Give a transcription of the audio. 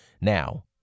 now